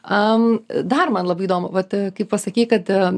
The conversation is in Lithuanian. am dar man labai įdomu vat kai pasakei kad